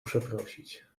przeprosić